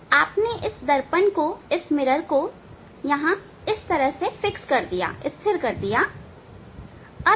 आपने इस दर्पण को यहां इस तरह स्थिर कर दिया है